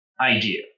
idea